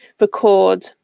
record